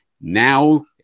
Now